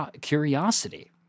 curiosity